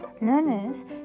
learners